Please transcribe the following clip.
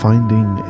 Finding